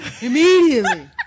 immediately